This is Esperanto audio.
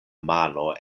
mano